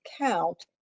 count